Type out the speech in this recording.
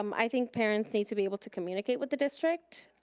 um i think parents need to be able to communicate with the district.